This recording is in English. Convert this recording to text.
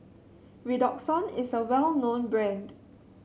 Redoxon is a well known brand